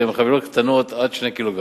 שהן חבילות קטנות עד 2 ק"ג.